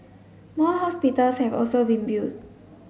more hospitals have also been built